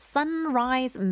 Sunrise